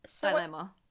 dilemma